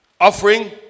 offering